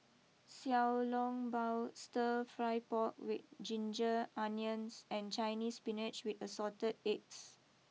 Xiao long Bao Stir Fry Pork with Ginger Onions and Chinese spinach with assorted eggs